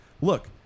look